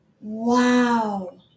Wow